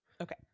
Okay